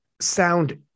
sound